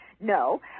no